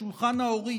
"שולחן האורית"